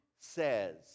says